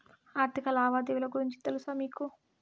ఆర్థిక లావాదేవీల గురించి తెలుసా మీకు